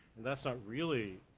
and that's not really